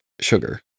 sugar